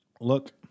look